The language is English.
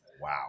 Wow